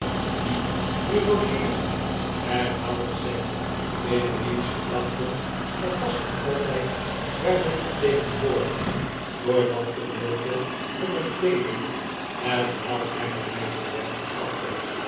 wie hier logeeren herhaalde sam in wiens gedachten de gasten altijd werden vertegenwoordigd door dat gedeelte hunner kleeding hetwelk hem het meeste werk versehafte